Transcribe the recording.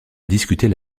discuter